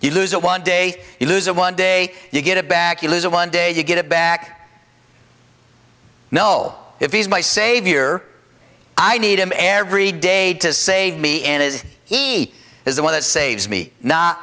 you lose it one day you lose it one day you get it back you lose it one day you get it back no if he's my savior i need him every day to save me and as he is the one that saves me not